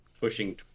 pushing